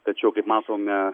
tačiau kaip matome